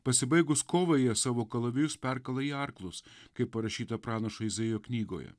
pasibaigus kovai jie savo kalavijus perkala į arklus kaip parašyta pranašo izaijo knygoje